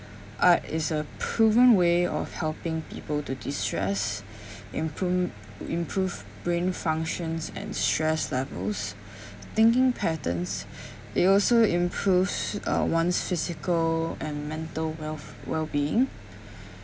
art is a proven way of helping people to destress improve improve brain functions and stress levels thinking patterns it also improves uh one's physical and mental welf~ well being